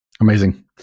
Amazing